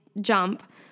jump